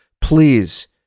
please